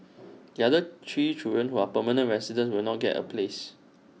the other three children who are permanent residents will not get A place